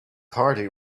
party